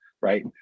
right